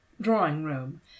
drawing-room